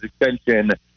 extension